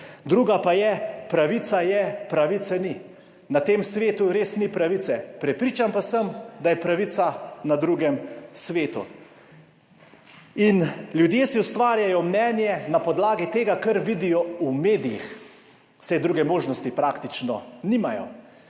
Druga pa je, "pravica je, pravice ni." Na tem svetu res ni pravice. Prepričan pa sem, da je pravica na drugem svetu, in ljudje si ustvarjajo mnenje na podlagi tega, kar vidijo v medijih, saj druge možnosti praktično nimajo.